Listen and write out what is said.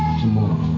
tomorrow